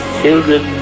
children